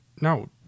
No